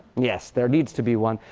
yes, there needs to be one.